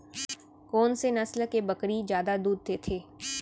कोन से नस्ल के बकरी जादा दूध देथे